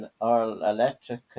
All-Electric